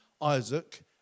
Isaac